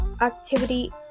activity